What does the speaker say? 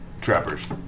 trappers